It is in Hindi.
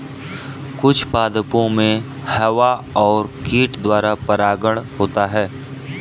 कुछ पादपो मे हवा और कीट द्वारा परागण होता है